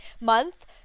month